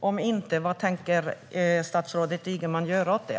Om inte, vad tänker statsrådet Ygeman göra åt det?